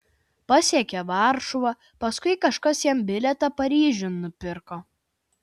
pasiekė varšuvą paskui kažkas jam bilietą paryžiun nupirko